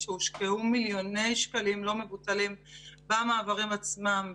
שהושקעו מיליוני שקלים לא מבוטלים במעברים עצמם,